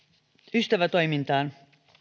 ystävätoimintaan